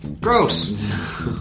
Gross